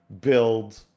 build